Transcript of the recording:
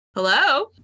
Hello